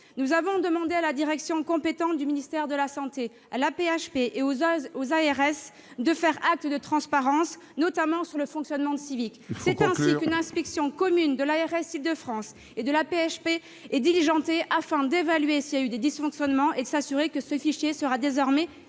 Nous avons demandé à la direction compétente du ministère de la santé, à l'AP-HP et aux ARS de faire acte de transparence, notamment sur le fonctionnement de Sivic. Il faut conclure ! C'est ainsi qu'une inspection commune de l'ARS Île-de-France et de l'AP-HP est diligentée afin d'évaluer s'il y a eu des dysfonctionnements et pour s'assurer que ce fichier sera désormais strictement